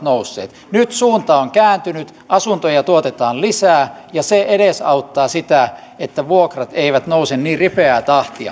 nousseet nyt suunta on kääntynyt asuntoja tuotetaan lisää ja se edesauttaa sitä että vuokrat eivät nouse niin ripeää tahtia